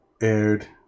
aired